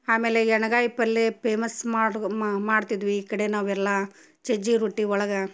ಆಮೇಲೆ ಎಣಗಾಯಿ ಪಲ್ಯ ಪೇಮಸ್ ಮಾಡು ಮಾಡ್ತಿದ್ವಿ ಈ ಕಡೆ ನಾವು ಎಲ್ಲ ಸಜ್ಜಿ ರೊಟ್ಟಿ ಒಳಗೆ